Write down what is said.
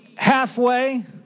Halfway